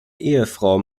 ehefrau